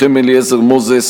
מנחם אליעזר מוזס,